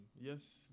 yes